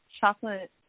chocolate